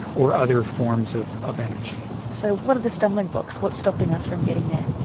or other forms of of energy. so what are the stumbling blocks, what's stopping us from getting there?